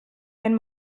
wenn